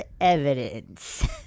evidence